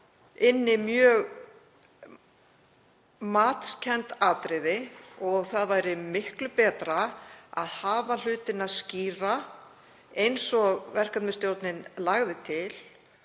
inni mjög matskennd atriði. Það væri miklu betra að hafa hlutina skýra, eins og verkefnisstjórnin lagði til,